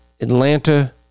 Atlanta